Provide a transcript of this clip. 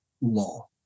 law